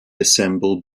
assembled